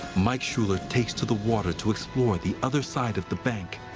mike schuller takes to the water to explore the other side of the bank.